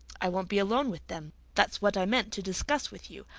i won't be alone with them. that's what i meant to discuss with you.